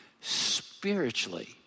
spiritually